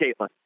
Caitlin